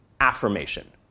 affirmation